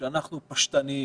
שאנחנו פשטניים.